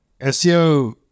SEO